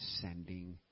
sending